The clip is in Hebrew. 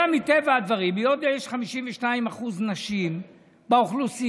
מטבע הדברים, היות שיש 52% נשים באוכלוסייה,